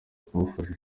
kumufasha